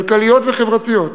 כלכליות וחברתיות,